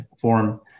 form